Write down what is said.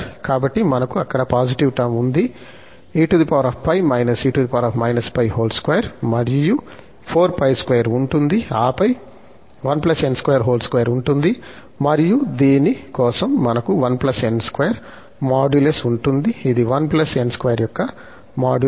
కాబట్టి మనకు అక్కడ పాజిటివ్ టర్మ్ ఉంది మరియు 4π2 ఉంటుంది ఆపై 1n22 ఉంటుంది మరియు దీని కోసం మనకు 1 n2 మాడ్యులస్ ఉంటుంది ఇది 1 n2 యొక్క మాడ్యులస్